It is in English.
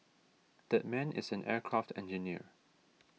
that man is an aircraft engineer